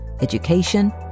education